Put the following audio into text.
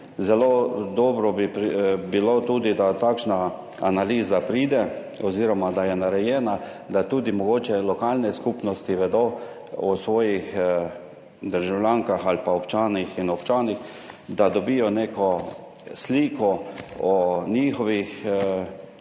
zelo dobro bi bilo tudi, da takšna analiza pride oziroma da je narejena, da mogoče tudi lokalne skupnosti vedo o svojih državljankah ali pa občankah in občanih, da dobijo neko sliko o njihovih domačinih